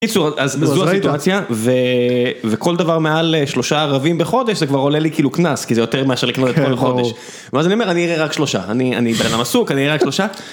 בקיצור אז זו הסיטואציה וכל דבר מעל 3 ערבים בחודש זה כבר עולה לי כאילו קנס כי זה יותר ממה שלקנות את כל החודש. ואז אני אומר אני אראה רק שלושה, אני בן אדם עסוק אני אראה רק שלושה.